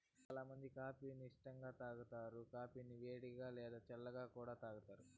చానా మంది కాఫీ ని ఇష్టంగా తాగుతారు, కాఫీని వేడిగా, లేదా చల్లగా కూడా తాగుతారు